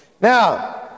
Now